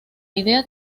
idea